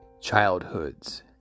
Childhoods